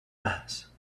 mass